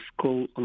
school